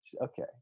okay